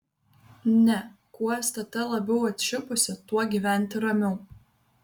ne kuo stt labiau atšipusi tuo gyventi ramiau